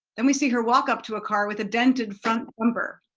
then we see her walk up to a car with a dented front bumper.